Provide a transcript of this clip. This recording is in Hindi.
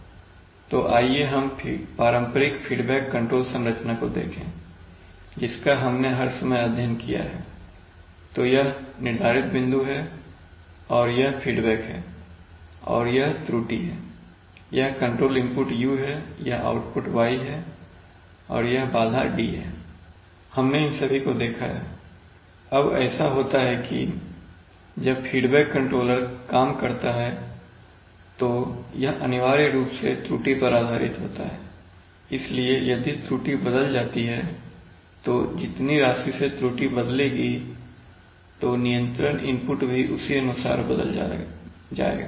तो आइए हम पारंपरिक फीडबैक कंट्रोल संरचना को देखें जिसका हमने हर समय अध्ययन किया है तो यह निर्धारित बिंदु है और यह फीडबैक है और यह त्रुटि है यह कंट्रोल इनपुट u है यह आउटपुट y है और यह बाधा d है हमने इन सभी को देखा है अब ऐसा होता है कि जब फीडबैक कंट्रोलर काम करता है तो यह अनिवार्य रूप से त्रुटि पर आधारित होता है इसलिए यदि त्रुटि बदल जाती है और जितनी राशि से त्रुटि बदलेगी तो नियंत्रण इनपुट उसी अनुसार बदल जाएगा